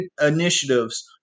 initiatives